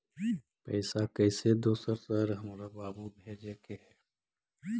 पैसा कैसै दोसर शहर हमरा बाबू भेजे के है?